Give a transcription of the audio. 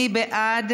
מי בעד?